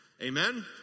Amen